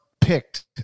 picked